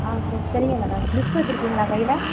ஆ சரிங்க madam list வச்சுருக்கிங்களா கையில